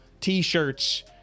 t-shirts